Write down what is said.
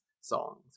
songs